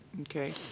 Okay